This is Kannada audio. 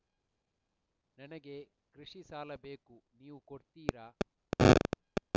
ನನಗೆ ಕೃಷಿ ಸಾಲ ಬೇಕು ನೀವು ಕೊಡ್ತೀರಾ?